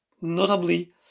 notably